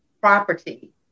property